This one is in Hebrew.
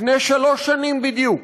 לפני שלוש שנים בדיוק.